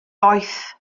boeth